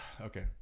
okay